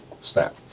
snap